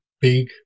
big